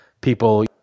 people